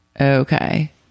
Okay